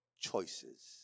choices